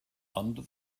under